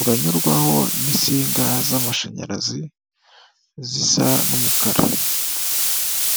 uranyurwaho n'insinga z'amashanyarazi zisa n'umukara.